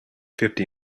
fifty